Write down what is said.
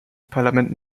parlament